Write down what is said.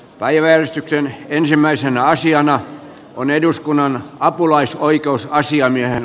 päiväystyksen ensimmäisenä asiana on annettava lausunto